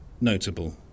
notable